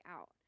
out